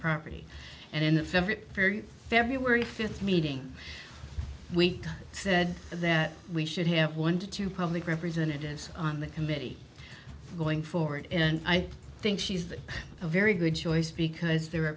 property and in a very very february fifth meeting we said that we should have one to two public representatives on the committee going forward and i think she's a very good choice because there are